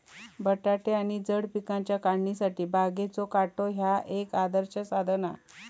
बटाटे आणि जड पिकांच्या काढणीसाठी बागेचो काटो ह्या एक आदर्श साधन हा